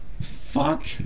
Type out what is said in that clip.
fuck